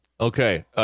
Okay